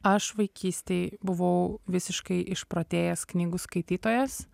aš vaikystėj buvau visiškai išprotėjęs knygų skaitytojas